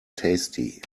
tasty